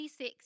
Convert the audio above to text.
26